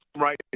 right